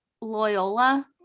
Loyola